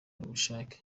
ubushake